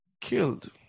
Killed